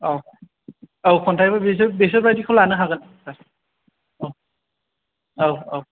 औ औ खन्थाइबो बेसोर बेसोर बायदिखौ लानो हागोन सार औ औ औ